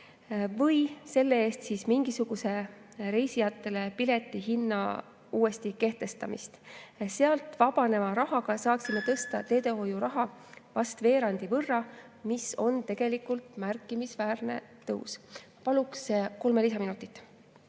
või reisijatele mingisuguse piletihinna uuesti kehtestamist. Sealt vabaneva rahaga saaksime tõsta teehoiuraha vast veerandi võrra, mis on tegelikult märkimisväärne tõus. Paluks kolme lisaminutit.